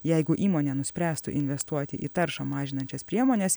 jeigu įmonė nuspręstų investuoti į taršą mažinančias priemones